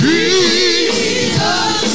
Jesus